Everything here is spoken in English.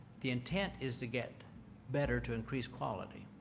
the intent is to get better to increase quality